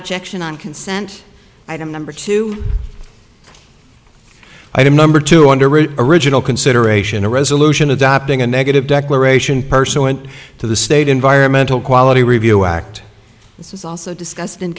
objection on consent item number two item number two underage original consideration a resolution adopting a negative declaration person went to the state environmental quality review act this is also discus